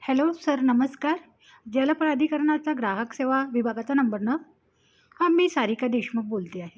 hello sir नमस्कार जलआधिकरणाचा ग्राहक सेवा विभागाचा नंबर ना हां मी सारिका देशमुख बोलते आहे